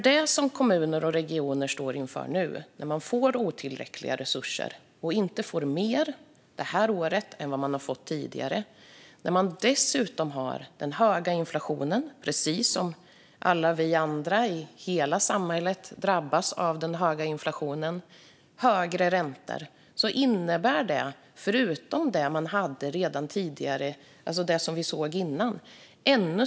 Det som kommuner och regioner står inför nu är att de får otillräckliga resurser och inte får mer detta år än vad de fick tidigare. Därtill kommer den höga inflationen, och detta tillsammans med de högre räntorna drabbar dem precis som oss alla i hela samhället. Detta innebär ännu större kostnader och utgifter utöver vad de hade redan tidigare, alltså det som vi såg innan.